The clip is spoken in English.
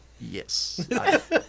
Yes